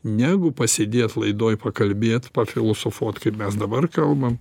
negu pasėdėjęs laidoj pakalbėt pafilosofuot kaip mes dabar kalbam